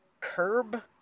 curb